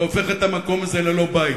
והופך את המקום הזה ללא-בית.